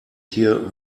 hier